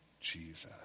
Jesus